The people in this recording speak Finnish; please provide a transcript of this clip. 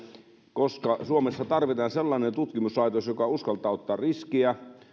koska suomessa tarvitaan sellainen tutkimuslaitos joka uskaltaa ottaa riskejä